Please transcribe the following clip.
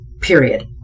Period